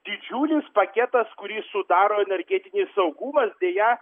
didžiulis paketas kurį sudaro energetinis saugumas deja